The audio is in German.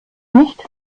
nicht